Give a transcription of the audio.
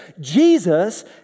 Jesus